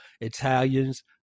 Italians